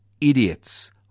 idiots